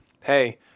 hey